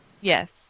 Yes